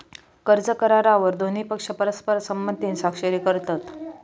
कर्ज करारावर दोन्ही पक्ष परस्पर संमतीन स्वाक्षरी करतत